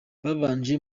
babanje